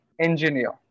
engineer